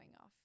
off